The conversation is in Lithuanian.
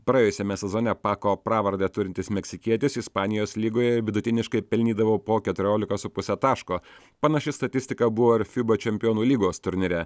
praėjusiame sezone pako pravardę turintis meksikietis ispanijos lygoje vidutiniškai pelnydavo po keturiolika su puse taško panaši statistika buvo ir fiba čempionų lygos turnyre